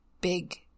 big